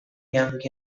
young